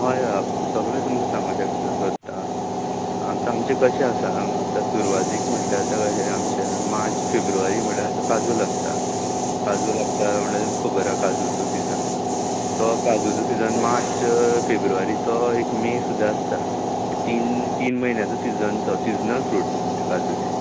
हय हय सगळें तुमकां सांगूंक शकता आतां आमचें कशें आसा आतां सुरवातेक म्हटल्यार तें अशें आमचें मार्च फेब्रुवारी म्हटल्यार काजू लागता काजू लागता म्हटल्यार तुमकां खबर आहा काजूचो सिझन तो काजूचो सिझन मार्च फेब्रुवारी तो एक मे सुद्दां आसता तीन तीन म्हयन्यांचो सिझन तो सिझनल फ्रूट तें काजूचें